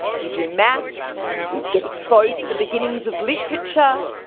we do maths, we get exposed to the beginnings of literature,